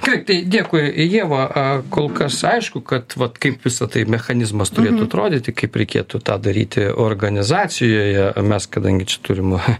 taip tai dėkui ieva kol kas aišku kad vat kaip visa tai mechanizmas turėtų atrodyti kaip reikėtų tą daryti organizacijoje mes kadangi čia turim